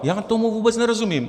Já tomu vůbec nerozumím.